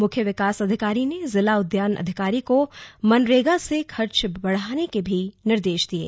मुख्य विकास अधिकारी ने जिला उद्यान अधिकारी को मनरेगा से खर्च बढ़ाने के भी निर्देश दिये